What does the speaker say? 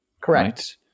Correct